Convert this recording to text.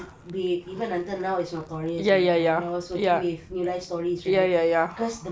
they even until now is notorious man when I was working with real life stories right